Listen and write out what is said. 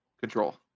control